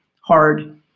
hard